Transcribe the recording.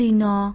no